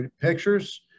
Pictures